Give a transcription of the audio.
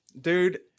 Dude